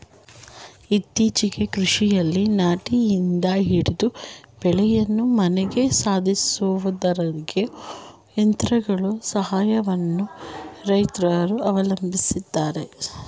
ಇತ್ತೀಚೆಗೆ ಕೃಷಿಯಲ್ಲಿ ನಾಟಿಯಿಂದ ಹಿಡಿದು ಬೆಳೆಯನ್ನು ಮನೆಗೆ ಸಾಧಿಸುವವರೆಗೂ ಯಂತ್ರಗಳ ಸಹಾಯವನ್ನು ರೈತ್ರು ಅವಲಂಬಿಸಿದ್ದಾರೆ